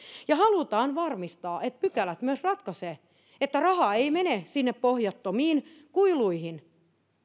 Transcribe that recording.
ja halutaan varmistaa että pykälät myös ratkaisevat että raha ei mene sinne pohjattomiin kuiluihin